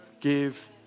give